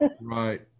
right